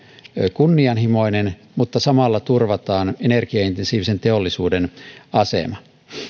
kunnianhimoinen mutta samalla turvataan energiaintensiivisen teollisuuden asema